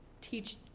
teach